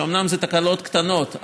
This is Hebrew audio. אומנם זה תקלות קטנות,